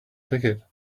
ticket